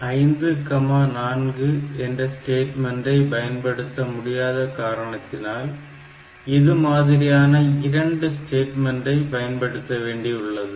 MOV 54 என்ற ஸ்டேட்மெண்டை பயன்படுத்த முடியாத காரணத்தினால் இது மாதிரியான 2 ஸ்டேட்மெண்டை பயன்படுத்த வேண்டியுள்ளது